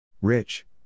Rich